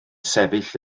sefyll